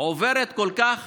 עוברות כל כך